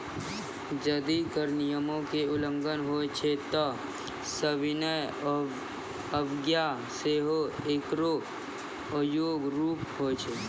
जदि कर नियमो के उल्लंघन होय छै त सविनय अवज्ञा सेहो एकरो एगो रूप होय छै